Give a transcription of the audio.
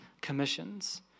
commissions